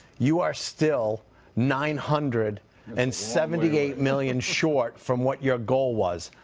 you are still nine hundred and seventy eight million short from what your goal was.